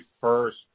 first